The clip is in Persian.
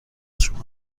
شما